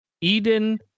Eden